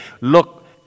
look